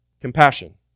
Compassion